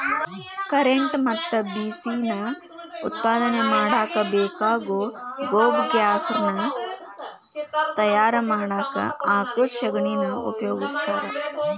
current ಮತ್ತ ಬಿಸಿ ನಾ ಉತ್ಪಾದನೆ ಮಾಡಾಕ ಬೇಕಾಗೋ ಗೊಬರ್ಗ್ಯಾಸ್ ನಾ ತಯಾರ ಮಾಡಾಕ ಆಕಳ ಶಗಣಿನಾ ಉಪಯೋಗಸ್ತಾರ